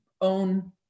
own